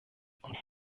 und